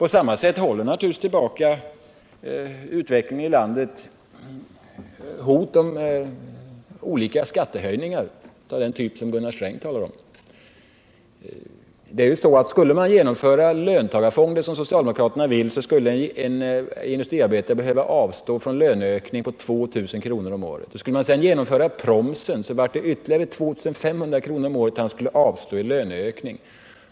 På samma sätt hålls utvecklingen i landet tillbaka av hotet om skattehöjningar av den typ som Gunnar Sträng talade om. Skulle man genomföra löntagarfonder så som socialdemokraterna vill, skulle en industriarbetare behöva avstå från en löneökning på 2000 kr. om året. Skulle man sedan genomföra promsen, skulle han få avstå ytterligare 2500 kr. om året i löneökning.